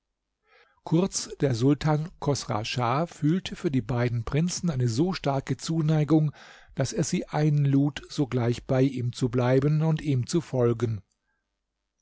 kurz der sultan chosra schah fühlte für die beiden prinzen eine so starke zuneigung daß er sie einlud sogleich bei ihm zu bleiben und ihm zu folgen